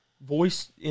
voice